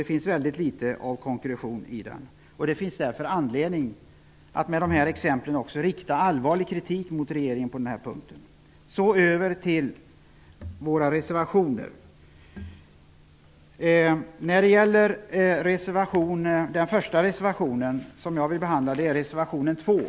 Det finns ytterst litet av konkretion i den. Det finns därför anledning att med dessa exempel rikta allvarlig kritik mot regeringen på denna punkt. Till betänkandet har vi fogat några reservationer. Jag vill börja med att behandla reservation nr 2.